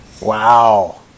Wow